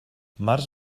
març